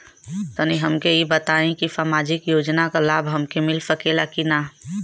तनि हमके इ बताईं की सामाजिक योजना क लाभ हमके मिल सकेला की ना?